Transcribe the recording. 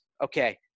okay